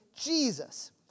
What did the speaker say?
Jesus